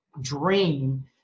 dream